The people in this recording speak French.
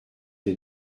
les